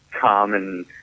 common